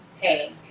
hey